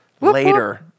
later